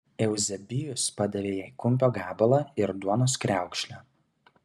euzebijus padavė jai kumpio gabalą ir duonos kriaukšlę